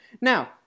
Now